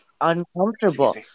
uncomfortable